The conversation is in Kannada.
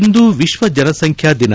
ಇಂದು ವಿಶ್ವ ಜನಸಂಖ್ಯಾ ದಿನ